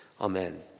amen